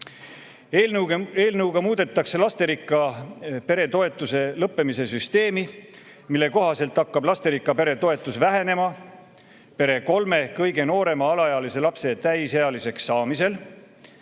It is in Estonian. Eelnõuga muudetakse lasterikka pere toetuse lõppemise süsteemi, mille kohaselt hakkab lasterikka pere toetus vähenema pere kolme kõige noorema alaealise lapse täisealiseks saamisel.